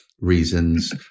reasons